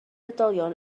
oedolion